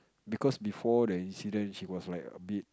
because before the incident she was like a bit